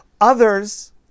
Others